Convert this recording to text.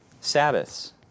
Sabbaths